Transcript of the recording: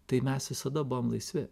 tai mes visada buvom laisvi